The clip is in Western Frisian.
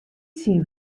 syn